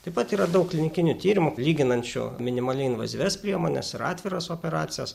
taip pat yra daug klinikinių tyrimų lyginančių minimaliai invazyvias priemones ir atviras operacijas